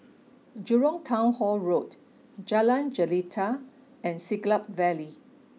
Jurong Town Hall Road Jalan Jelita and Siglap Valley